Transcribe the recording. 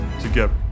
together